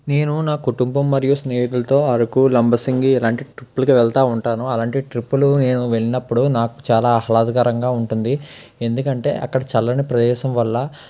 నేను నా కుటుంబం మరియు స్నేహితులతో అరకు లంబసింగి ఇలాంటి ట్రిప్పులకి వెళ్తూ ఉంటాను అలాంటి ట్రిప్పులు నేను వెళ్ళినప్పుడు నాకు చాలా ఆహ్లాదకరంగా ఉంటుంది ఎందుకంటే అక్కడ చల్లని ప్రదేశం వల్ల